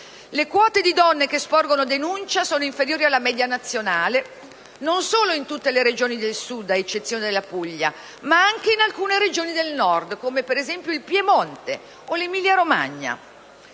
Le quote di donne che sporgono denuncia sono inferiori alla media nazionale non solo in tutte le Regioni del Sud, ad eccezione della Puglia, ma anche in alcune Regioni del Nord, come per esempio il Piemonte o l'Emilia-Romagna.